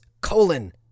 colon